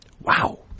Wow